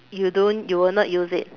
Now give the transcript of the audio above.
you don't you will not use it